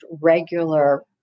regular